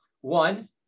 One